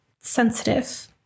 sensitive